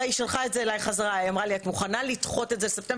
היא שלחה אותו בחזרה אליי ואמרה לי: את מוכנה לדחות את זה לספטמבר?